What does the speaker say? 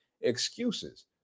Excuses